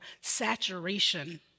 saturation